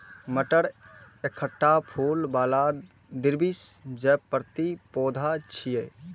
मटर एकटा फूल बला द्विबीजपत्री पौधा छियै